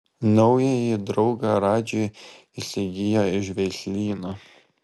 naująjį draugą radži įsigijo iš veislyno